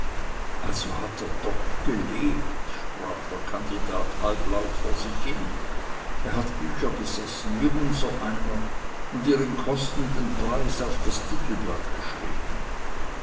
also hat er doch gelebt sprach der kandidat halblaut vor sich hin er hat bücher besessen wie unsereiner und ihren kostenden preis auf das titelblatt geschrieben